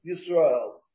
Israel